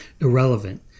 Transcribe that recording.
irrelevant